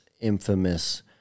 infamous